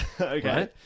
Okay